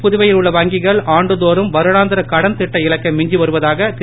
புதுவையில் உள்ள வங்கிகள் ஆண்டுதோறும் வருடாந்திர கடன் திட்ட இலக்கை மிஞ்சி வருவதாக திரு